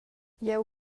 jeu